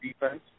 defense